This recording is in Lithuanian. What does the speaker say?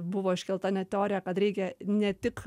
buvo iškelta net teorija kad reikia ne tik